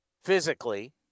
physically